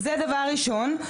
זה דבר ראשון.